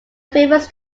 famous